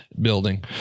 Building